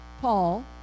Paul